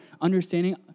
understanding